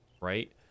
right